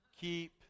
Keep